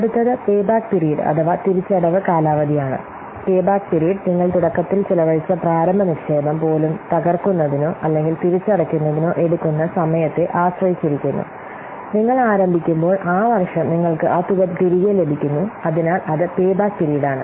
അടുത്തത് pay back period അഥവാ തിരിച്ചടവ് കാലാവധിയാണ് പേ ബാക്ക് പീരീഡ് നിങ്ങൾ തുടക്കത്തിൽ ചെലവഴിച്ച പ്രാരംഭ നിക്ഷേപം പോലും തകർക്കുന്നതിനോ അല്ലെങ്കിൽ തിരിച്ചടയ്ക്കുന്നതിനോ എടുക്കുന്ന സമയത്തെ ആശ്രയിച്ചിരിക്കുന്നു നിങ്ങൾ ആരംഭിക്കുമ്പോൾ ആ വർഷം നിങ്ങൾക്ക് ആ തുക തിരികെ ലഭിക്കുന്നു അതിനാൽ അത് പേ ബാക്ക് പീരീഡ് ആണ്